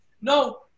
no